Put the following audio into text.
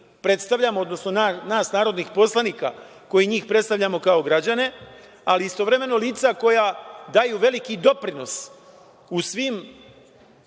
predstavljamo, odnosno nas narodnih poslanika koji njih predstavljamo kao građane, ali istovremeno, lica koja daju veliki doprinos u svim,